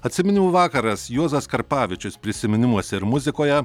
atsiminimų vakaras juozas karpavičius prisiminimuose ir muzikoje